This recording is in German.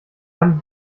haben